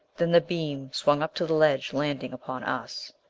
then the beam swung up to the ledge, landing upon us.